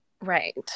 Right